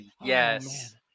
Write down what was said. yes